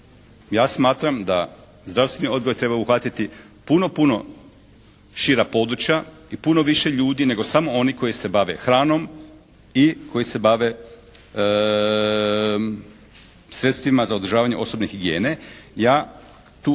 Ja smatram da zdravstveni odgoj treba uhvatiti puno, puno šira područja i puno više ljudi nego samo one koji se bave hranom i koji se bave sredstvima za održavanje osobne higijene. Ja tu